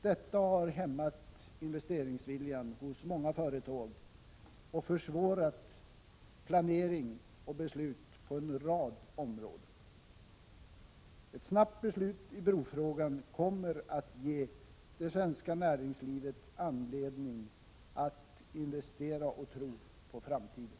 Detta har hämmat investeringsviljan hos många företag och försvårat planering och beslut på en rad områden. Ett snabbt beslut i brofrågan kommer att ge det svenska näringslivet anledning att investera och tro på framtiden.